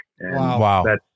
Wow